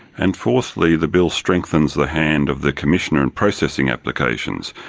and fourthly the bill strengthens the hand of the commissioner in processing applications,